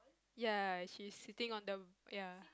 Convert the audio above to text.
ya she's sitting on the ya